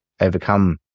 overcome